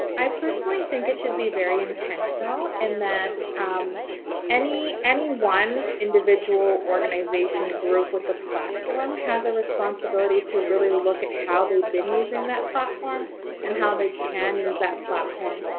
i personally think it should be very intentional and that any any one individual organization, group with a platform has a responsibility to really look at how they've been using that platform and how they can use that platform,